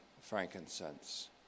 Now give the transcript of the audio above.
frankincense